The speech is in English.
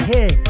Hey